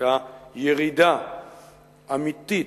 היתה ירידה אמיתית,